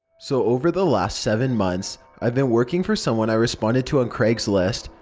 so. over the last seven months, i've been working for someone i responded to on craigslist.